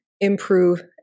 improve